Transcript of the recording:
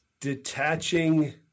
detaching